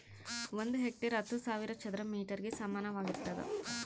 ಒಂದು ಹೆಕ್ಟೇರ್ ಹತ್ತು ಸಾವಿರ ಚದರ ಮೇಟರ್ ಗೆ ಸಮಾನವಾಗಿರ್ತದ